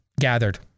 gathered